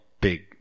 big